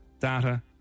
data